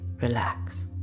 relax